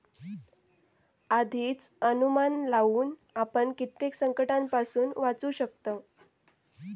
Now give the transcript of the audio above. आधीच अनुमान लावुन आपण कित्येक संकंटांपासून वाचू शकतव